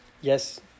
yes